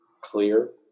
clear